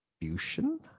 distribution